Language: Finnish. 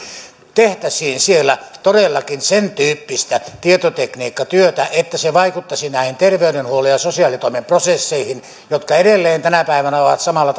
tehtäisiin siellä todellakin sentyyppistä tietotekniikkatyötä että se vaikuttaisi näihin terveydenhuollon ja sosiaalitoimen prosesseihin jotka edelleen tänä päivänä ovat samalla